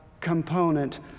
component